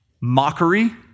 Mockery